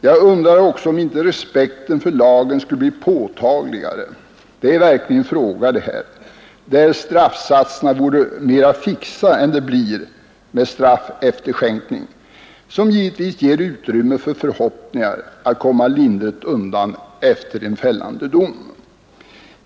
Jag undrar också om inte respekten för lagen skulle bli påtagligare — och detta är verkligen en fråga — om straffsatserna vore mera fixa än de blir när man använder straffefterskänkning, som givetvis ger utrymme för förhoppningar att komma lindringt undan efter en fällande dom.